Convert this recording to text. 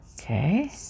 okay